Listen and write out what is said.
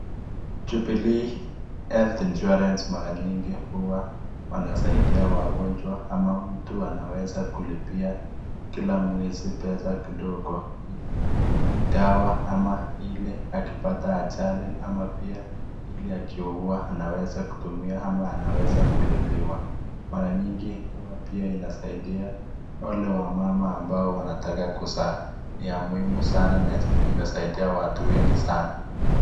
Jubilee Health Insurace mara nyingi huwa wanasaidia wagonjwa, ama mtu anaweza kulipia kila mwezi pesa kidogo ili dawa ama ili akipata ajali ama pia ili akiugua anaweza kutumia ama anaweza kulipiwa. Mara nyingi huwa pia inasaidia wale wamama ambao wanataka kuzaa, ni ya muhimu sanana imesaidia watu wengi sana.